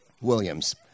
Williams